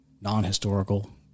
non-historical